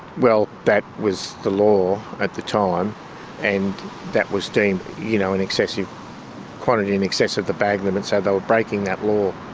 well, that was the law at the time and that was deemed you know an excessive quantity in excess of the bag limit, so they were breaking that law.